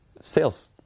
sales